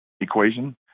equation